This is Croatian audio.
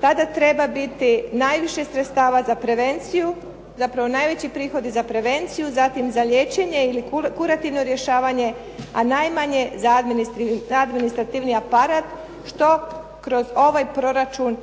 tada treba biti najviše sredstava za prevenciju, zapravo najveći prihodi za prevenciju, zatim za liječenje ili kurativno rješavanje a najmanje za administrativni aparat što kroz ovaj proračun